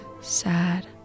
sad